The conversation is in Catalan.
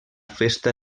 festa